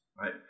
right